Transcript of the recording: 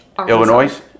illinois